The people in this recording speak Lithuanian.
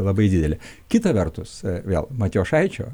labai didelė kita vertus vėl matjošaičio